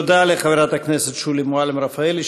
תודה לחברת הכנסת שולי מועלם-רפאלי,